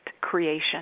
creation